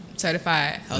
certified